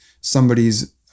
somebody's